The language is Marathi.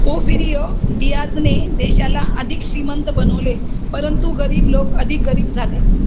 फोफिरिओ डियाजने देशाला अधिक श्रीमंत बनवले परंतु गरीब लोक अधिक गरीब झाले